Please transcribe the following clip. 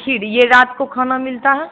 खीर यह रात को खाना मिलता है